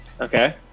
Okay